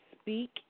speak